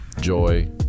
joy